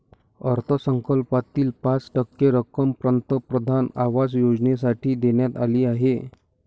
अर्थसंकल्पातील पाच टक्के रक्कम पंतप्रधान आवास योजनेसाठी देण्यात आली आहे